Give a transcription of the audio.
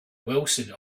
wilson